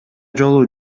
жолу